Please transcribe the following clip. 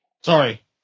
Sorry